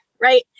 right